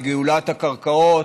בגאולת הקרקעות,